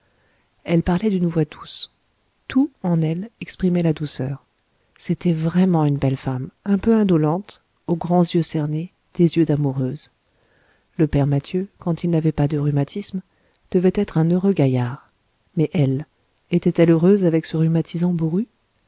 elle parlait d'une voix douce tout en elle exprimait la douceur c'était vraiment une belle femme un peu indolente aux grands yeux cernés le père mathieu quand il n'avait pas de rhumatismes devait être heureux mais elle était-elle heureuse avec ce rhumatisant bourru